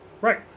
Right